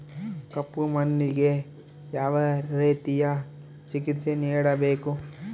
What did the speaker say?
ಕಪ್ಪು ಮಣ್ಣಿಗೆ ಯಾವ ರೇತಿಯ ಚಿಕಿತ್ಸೆ ನೇಡಬೇಕು?